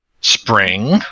spring